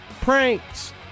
pranks